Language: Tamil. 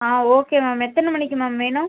ஆ ஓகே மேம் எத்தனை மணிக்கு மேம் வேணும்